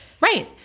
Right